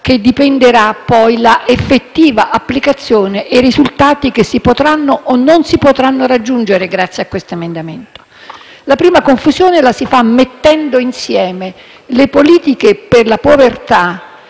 che dipenderanno poi l'effettiva applicazione e i risultati che si potranno o meno raggiungere grazie a questo provvedimento. La prima confusione si fa mettendo insieme le politiche per la povertà,